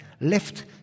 left